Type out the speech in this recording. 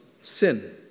sin